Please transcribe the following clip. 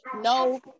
no